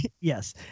yes